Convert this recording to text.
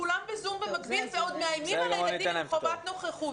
כולם בזום במקביל ועוד מאיימים על הילדים עם חובת נוכחות.